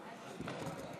אי-אמון